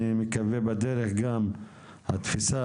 אני מקווה שבדרך גם התפיסה,